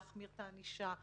להחמיר את הענישה,